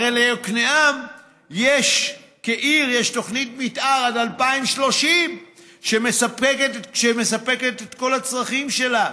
הרי ליקנעם כעיר יש תוכנית מתאר עד 2030 שמספקת את כל הצרכים שלה.